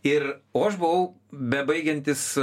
ir o aš buvau bebaigiantis